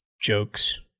jokes